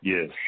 Yes